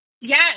Yes